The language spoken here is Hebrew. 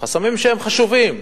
חסמים שהם חשובים.